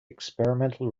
experimental